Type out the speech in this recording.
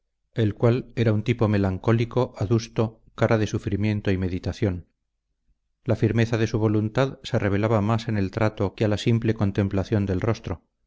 el cual era un tipo melancólico adusto cara de sufrimiento y meditación la firmeza de su voluntad se revelaba más en el trato que a la simple contemplación del rostro